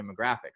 demographics